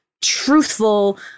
truthful